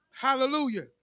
Hallelujah